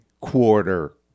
quarter